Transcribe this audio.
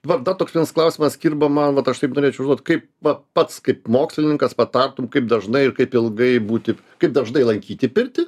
va dar toks vienas klausimas kirba man vat aš taip norėčiau užduot kaip va pats kaip mokslininkas patartum kaip dažnai ir kaip ilgai būti kaip dažnai lankyti pirtį